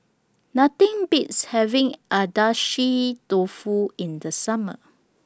Nothing Beats having Agedashi Dofu in The Summer